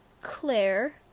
Claire